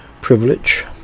privilege